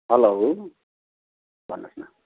hello भन्नोहोस् न